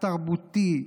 למוות תרבותי,